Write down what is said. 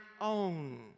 own